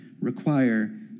require